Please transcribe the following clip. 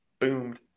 boomed